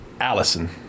Allison